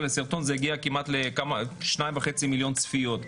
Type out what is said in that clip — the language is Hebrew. זה הגיע כמעט ל-2.5 מיליון צפיות.